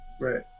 Right